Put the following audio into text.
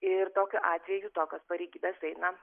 ir tokiu atveju tokios pareigybės eina